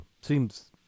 seems